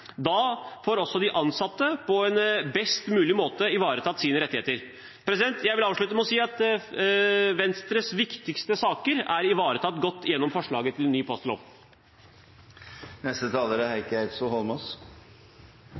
Da får også de ansatte på en best mulig måte ivaretatt sine rettigheter. Jeg vil avslutte med å si at Venstres viktigste saker er godt ivaretatt gjennom forslaget til ny postlov. Posten skal ikke gå med overskudd. Posten skal gå med posten. Ordene er